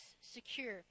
secure